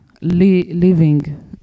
living